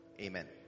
Amen